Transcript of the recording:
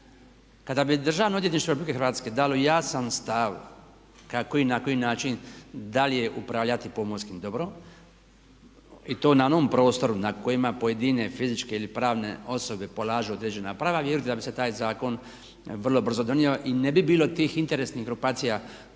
Kada bi Državno odvjetništvo Republike Hrvatske dalo jasan stav kako i na koji način dalje upravljati pomorskim dobrom i to na onom prostoru na kojima pojedine fizičke ili pravne osobe polažu određena prava vjerujte da bi se taj zakon vrlo brzo donio i ne bi bilo tih interesnih grupacija koje